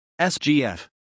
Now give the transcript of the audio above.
SGF